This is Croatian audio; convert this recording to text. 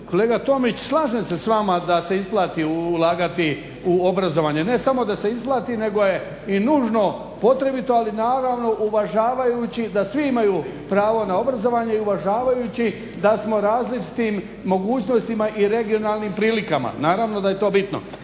Kolega Tomić, slažem se s vama da se isplati ulagati u obrazovanje, ne samo da se isplati nego je i nužno, potrebito, ali naravno uvažavajući da svi imaju pravo na obrazovanje i uvažavajući da smo u različitim mogućnostima i regionalnim prilikama, naravno da je to bitno.